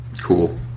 cool